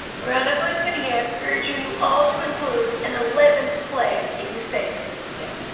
ronna glickman here urging you all to include an eleventh plague in your seder this year.